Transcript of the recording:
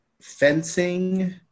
fencing